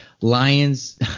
Lions